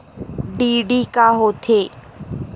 DD का होथे?